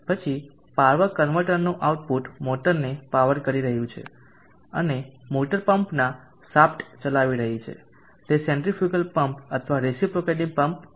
પછી પાવર કન્વર્ટરનું આઉટપુટ મોટરને પાવર કરી રહ્યું છે અને મોટર પમ્પના શાફ્ટ ચલાવી રહી છે તે સેન્ટ્રીફ્યુગલ પંપ અથવા રીસિપ્રોકેટિંગ પંપ હોઈ શકે છે